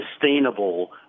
sustainable